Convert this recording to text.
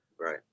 Right